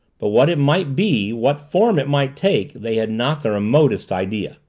but what it might be, what form it might take, they had not the remotest idea.